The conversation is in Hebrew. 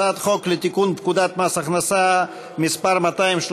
הצעת חוק לתיקון פקודת מס הכנסה (מס' 230)